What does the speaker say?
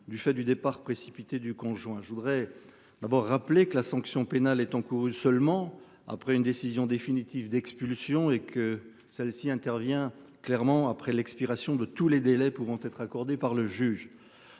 du fait du départ précipité du conjoint. Je voudrais d'abord rappeler que la sanction pénale est en cause. Seulement, après une décision définitive d'expulsion et que celle-ci intervient clairement après l'expiration de tous les délais pouvant être accordées par le juge.